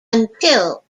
until